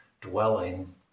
dwelling